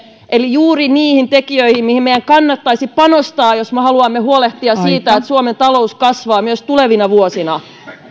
eli juuri niihin tekijöihin joihin meidän kannattaisi panostaa jos me haluamme huolehtia siitä että suomen talous kasvaa myös tulevina vuosina